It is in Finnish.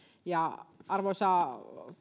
arvoisa